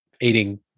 eating